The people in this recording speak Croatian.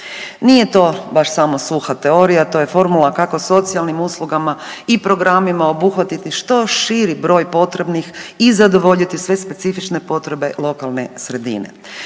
Nije to samo suha teorija, to je formula kako socijalnim uslugama i programima obuhvatiti što širi broj potrebnih i zadovoljiti sve specifične potrebe lokalne sredine.